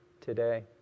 today